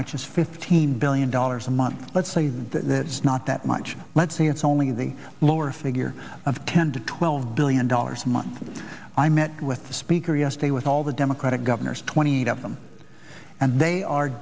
much as fifteen billion dollars a month let's say that it's not that much let's say it's only the lower figure of ten to twelve billion dollars a month i met with the speaker yesterday with all the democratic governors twenty eight of them and they are